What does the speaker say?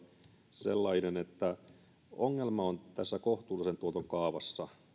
sellainen että ongelma on tässä kohtuullisen tuoton kaavassa